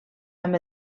amb